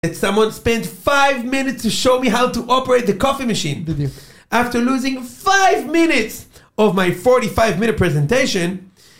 ומישהו בזבז 5 דקות להראות לי איך להפעיל את מכונת הקפה, אחרי הפסד של 5 דקות מתוך המצגת שלי של 45 דקות